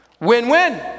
Win-win